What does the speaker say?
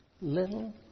little